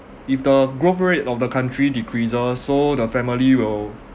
if the growth rate of the country decreases so the family will